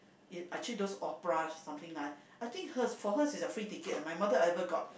is actually those opera something lah I think hers for hers is a free ticket my mother ever got